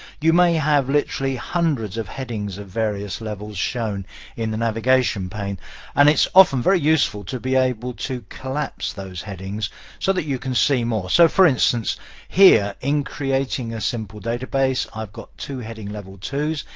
you may have literally hundreds of headings of various levels shown in the navigation pane and it's often very useful to be able to collapse those headings so that you can see more. so for instance here in creating a simple database, i've got two heading level two s.